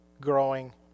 growing